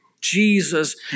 Jesus